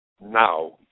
now